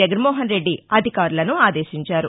జగన్మోహన్ రెడ్డి అధికారులను ఆదేశించారు